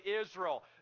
Israel